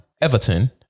Everton